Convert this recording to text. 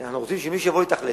כי אנחנו רוצים שמי שיבוא לשם,